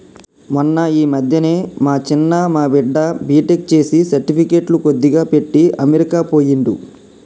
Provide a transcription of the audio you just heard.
మొన్న ఈ మధ్యనే మా చిన్న మా బిడ్డ బీటెక్ చేసి సర్టిఫికెట్లు కొద్దిగా పెట్టి అమెరికా పోయిండు